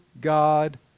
God